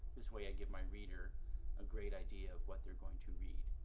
this way i give my reader a great idea of what they're going to read.